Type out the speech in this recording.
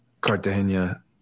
cartagena